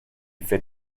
fait